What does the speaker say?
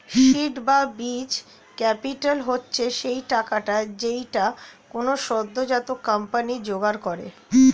seed বা বীজ capital হচ্ছে সেই টাকাটা যেইটা কোনো সদ্যোজাত কোম্পানি জোগাড় করে